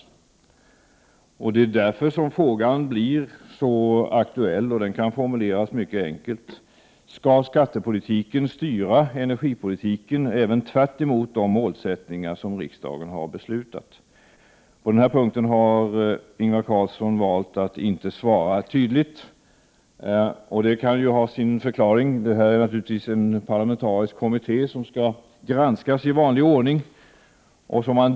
Därför blir frågan — och den kan formuleras mycket enkelt — aktuell: Skall skattepolitiken styra energipolitiken även tvärtemot de målsättningar som riksdagen har beslutat? På denna punkt har Ingvar Carlsson valt att inte svara tydligt. Det kan ha sin förklaring i att det finns en parlamentarisk kommitté vars förslag skall granskas i vanlig ordning.